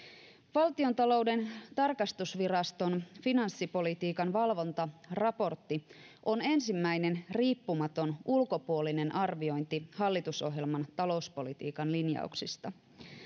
valtiontalouden tarkastusviraston finanssipolitiikan valvonnan raportti on ensimmäinen riippumaton ulkopuolinen arviointi hallitusohjelman talouspolitiikan linjauksista